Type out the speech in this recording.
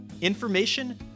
information